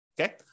Okay